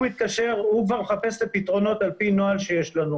הוא כבר מחפש את הפתרונות לפי נוהל שיש לנו.